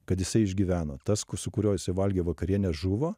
kad jisai išgyveno tas su kuriuo jisai valgė vakarienę žuvo